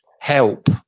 help